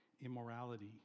immorality